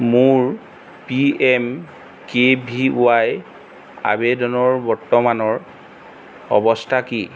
মোৰ P M K V Y আবেদনৰ বৰ্তমানৰ অৱস্থা কি